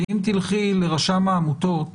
אם תלכי לרשם העמותות